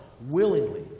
willingly